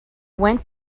went